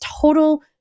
total